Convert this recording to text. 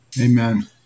Amen